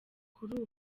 kuri